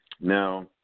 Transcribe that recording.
Now